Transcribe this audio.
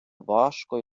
важко